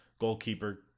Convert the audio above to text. Goalkeeper